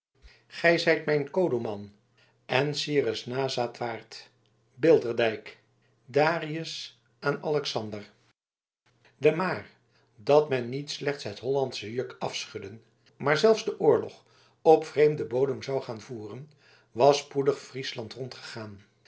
gy zijt mijn kodoman en cyrus nazaat waard bilderdijk darius aan alexander de maar dat men niet slechts het hollandsche juk afschudden maar zelfs den oorlog op vreemden bodem zou gaan voeren was spoedig friesland rondgegaan